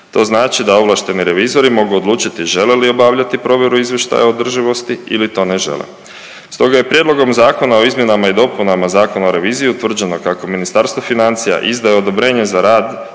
To znači da ovlašteni revizoru mogu odlučiti žele li obavljati provjeru izvještaja o održivosti ili to ne žele. Stoga je Prijedlogom zakona o izmjenama i dopunama Zakona o reviziji utvrđeno kako Ministarstvo financija izdaje odobrenje za rad